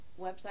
website